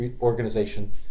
organization